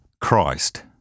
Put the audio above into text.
Christ—